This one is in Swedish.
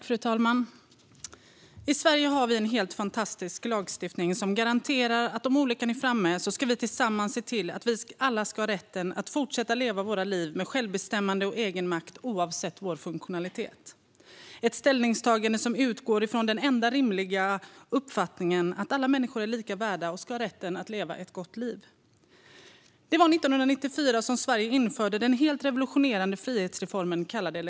Fru talman! I Sverige har vi en helt fantastisk lagstiftning som garanterar att om olyckan är framme ska vi tillsammans se till att alla ska ha rätten att fortsätta att leva sina liv med självbestämmande och egenmakt oavsett funktionalitet. Det är ett ställningstagande som utgår ifrån den enda rimliga uppfattningen att alla människor är lika mycket värda och ska ha rätt att leva ett gott liv. Det var 1994 som Sverige införde den helt revolutionerande frihetsreformen kallad LSS.